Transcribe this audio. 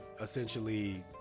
essentially